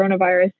coronavirus